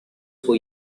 for